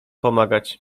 pomagać